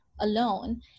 alone